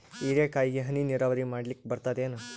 ಹೀರೆಕಾಯಿಗೆ ಹನಿ ನೀರಾವರಿ ಮಾಡ್ಲಿಕ್ ಬರ್ತದ ಏನು?